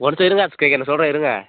one side ஆச்சு நான் சொல்கிறேன் இருங்க